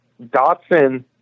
Dotson